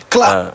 Club